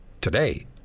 today